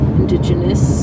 indigenous